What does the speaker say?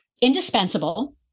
indispensable